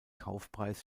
kaufpreis